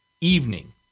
evening